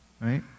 Right